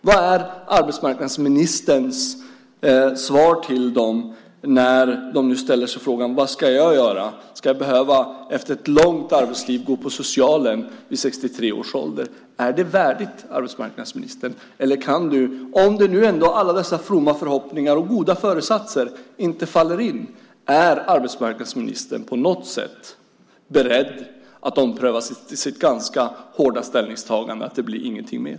Vad är arbetsmarknadsministerns svar till dem när de frågar sig vad de ska göra, om de efter ett långt arbetsliv vid 63 års ålder ska behöva gå till socialen. Är det värdigt, arbetsmarknadsministern? Är arbetsmarknadsministern beredd, om dessa fromma förhoppningar och goda föresatser inte faller in, att ompröva sitt ganska hårda ställningstagande om att det inte blir något mer?